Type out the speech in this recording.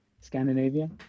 Scandinavia